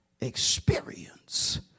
Experience